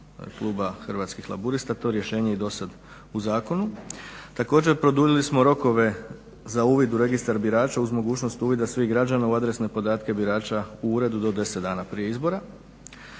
Kluba Hrvatskih laburista. To rješenje je dosad u zakonu. Također produljili smo rokove za uvid u Registar birača uz mogućnost uvida sugrađana u adresne podatke birača u uredu do deset dana prije izbora.